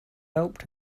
helped